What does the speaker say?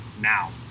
now